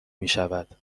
میشود